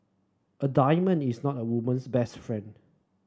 a diamond is not a woman's best friend